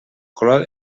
color